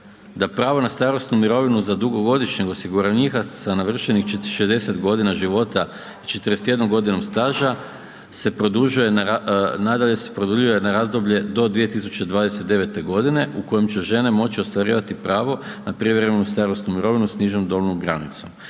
da pravo na starosnu mirovinu za dugogodišnjeg osiguranika sa navršenih 60 godina života i 41 godinu staža nadalje se produljuje na razdoblje do 2029. godine u kojem će žene moći ostvarivati pravo na privremenu starosnu mirovinu sniženom dobnom granicom.